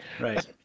Right